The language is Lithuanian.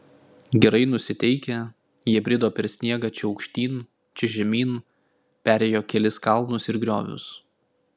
gerai nusiteikę jie brido per sniegą čia aukštyn čia žemyn perėjo kelis kalnus ir griovius